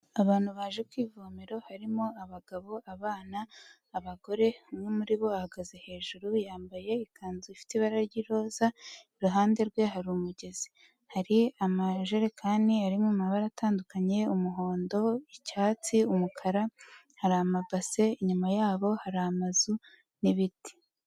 Abantu baje kwivomera, harimo abagabo, abana, abagore, umwe muri bo bahagaze hejuru, yambaye ikanzu ifite ibara ry'iroza, iruhande rwe hari umugezi, hari amajerekani ari mu amabara atandukanye, umuhondo, icyatsi, umukara, hari amabase inyuma yabo, hari amazu n'ibiti.